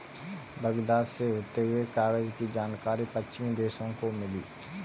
Baghdad से होते हुए कागज की जानकारी पश्चिमी देशों को मिली